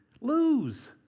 lose